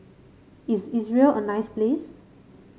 is Israel a nice place